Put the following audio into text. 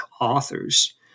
authors